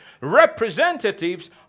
representatives